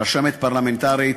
רשמת פרלמנטרית,